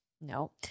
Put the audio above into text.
no